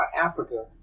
Africa